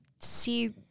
see